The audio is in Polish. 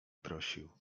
prosił